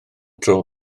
dro